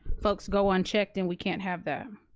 folks go unchecked and we can't have that.